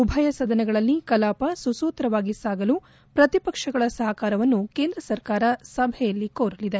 ಉಭಯ ಸದನಗಳಲ್ಲಿ ಕಲಾಪ ಸುಸೂತ್ರವಾಗಿ ಸಾಗಲು ಪ್ರತಿಪಕ್ಷಗಳ ಸಹಕಾರವನ್ನು ಕೇಂದ್ರ ಸರ್ಕಾರ ಸಭೆಯಲ್ಲಿ ಕೋರಲಿದೆ